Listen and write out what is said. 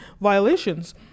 violations